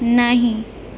नहि